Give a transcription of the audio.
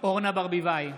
אורנה ברביבאי,